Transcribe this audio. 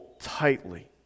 tightly